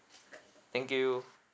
thank you